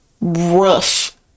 rough